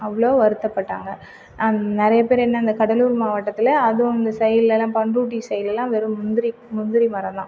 அவ்வளோ வருத்த பட்டாங்க அண்ட் நிறைய பேர் என்ன அந்த கடலூர் மாவட்டத்தில் அதுவும் அந்த சையிடுலலாம் பண்ரூட்டி சையிடுலலாம் வெறும் முந்திரி முந்திரி மரம் தான்